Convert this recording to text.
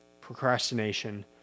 procrastination